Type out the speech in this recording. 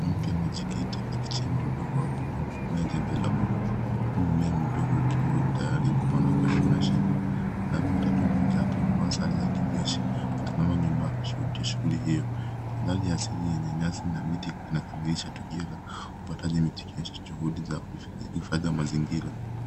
Mwanamke amejikita akichimba udongo akitumia jembe la blue huku mumea mdogo ukiwa tayari kupandwa karibu na shimo. Wanaume watatu, mmoja akiwa amevaa sare ya kijeshi wanaonekana nyuma wakishuhudia shughuli hiyo. Mandhari asilia yenye nyasi na miti inakamilisha tukio la upandaji miti ikionyesha juhudi za uhifadhi wa mazingira.